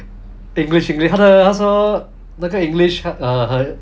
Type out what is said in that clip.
english english 她说她说那个 english err 很